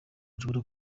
nshobora